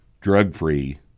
drug-free